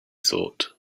thought